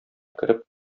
кереп